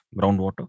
groundwater